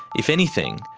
if anything,